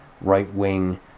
right-wing